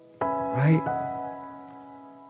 right